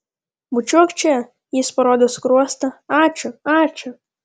bučiuok čia jis parodė skruostą ačiū ačiū